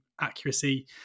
accuracy